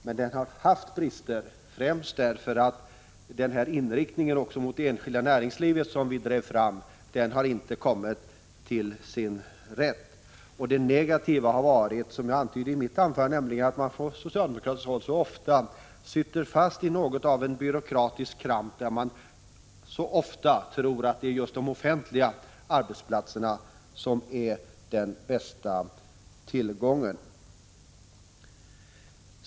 Men den har haft brister, främst därför att den inriktning mot det enskilda näringslivet som vi drev fram inte har kommit till sin rätt. Det negativa har varit, som jag antydde i mitt anförande, att man från socialdemokratiskt håll så ofta sitter fast i något av en byråkratisk kramp där man tror att det är just de offentliga arbetsplatserna som är den bästa tillgången.